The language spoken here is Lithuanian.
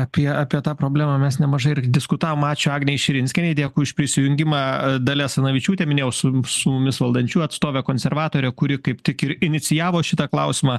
apie apie tą problemą mes nemažai ir diskutavom ačiū agnei širinskienei dėkui už prisijungimą a dalia asanavičiūtė minėjau sum su mumis valdančiųjų atstovė konservatorė kuri kaip tik ir inicijavo šitą klausimą